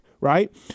right